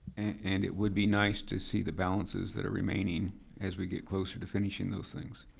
and it would be nice to see the balances that are remaining as we get closer to finishing those things.